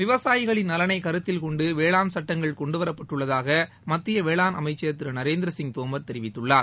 விவசாயிகளின் நலனைக் கருத்தில் கொண்டு வேளாண் சுட்டங்கள் கொண்டு வரப்பட்டுள்ளதாக மத்திய வேளாண் அமைச்சர் திரு நரேந்திர சிங் தோமர் தெரிவித்துள்ளார்